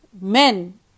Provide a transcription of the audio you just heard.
men